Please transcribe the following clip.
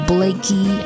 Blakey